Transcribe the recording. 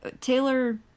Taylor